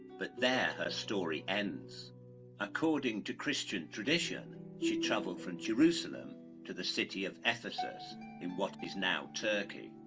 but they're her story ends according to christian tradition. she traveled from jerusalem to the city of ephesus in what is now turkey?